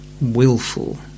willful